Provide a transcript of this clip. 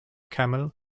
camel